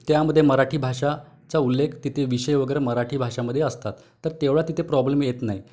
त्यामध्ये मराठी भाषेचा उल्लेख तिथे विषय वगैरे मराठी भाषांमधे असतात तर तेवढा तिथे प्रॉब्लेम येत नाही